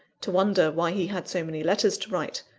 to wonder why he had so many letters to write,